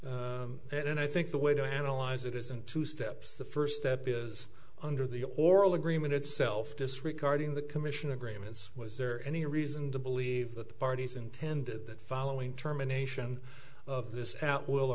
and i think the way to analyze it isn't two steps the first step is under the oral agreement itself disregarding the commission agreements was there any reason to believe that the parties intended that following terminations of this at will